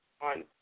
on